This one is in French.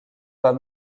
pas